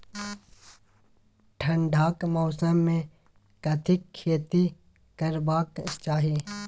ठंडाक मौसम मे कथिक खेती करबाक चाही?